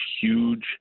huge